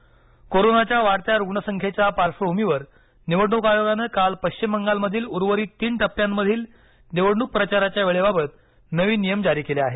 पश्चिम बंगाल कोरोनाच्या वाढत्या रुग्ण संख्येच्या पार्श्वभूमीवर निवडणूक आयोगानं काल पश्चिम बंगालमधील उर्वरीत तीन टप्प्यांमधील निवडणूक प्रचाराच्या वेळेबाबत नवीन नियम जारी केले आहेत